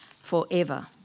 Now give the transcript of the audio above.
forever